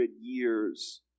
years